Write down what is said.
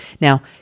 Now